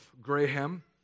Graham